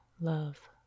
love